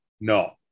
No